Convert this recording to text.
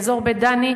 באזור בית-דני,